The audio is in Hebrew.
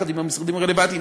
ביחד עם המשרדים הרלוונטיים,